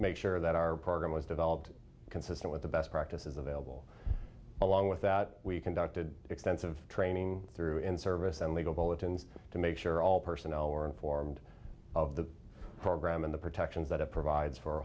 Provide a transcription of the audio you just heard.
make sure that our program was developed consistent with the best practices available along with that we conducted extensive training through in service and legal bulletins to make sure all personnel were informed of the program and the protections that it provides for